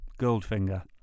Goldfinger